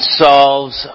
solves